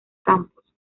campos